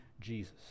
Jesus